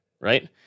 right